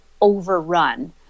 overrun